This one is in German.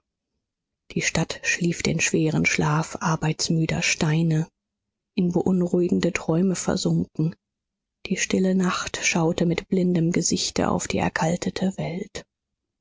die stadt schlief den schweren schlaf arbeitsmüder steine in beunruhigende träume versunken die stille nacht schaute mit blindem gesichte auf die erkaltete welt